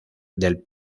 del